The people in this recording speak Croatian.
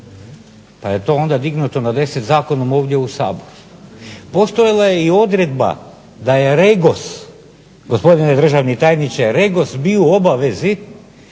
pa je to onda dignuto na 10 zakonom ovdje u Saboru. Postojala je i odredba da je REGOS, gospodine državni tajniče REGOS bio u obavezi